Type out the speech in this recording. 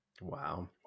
Wow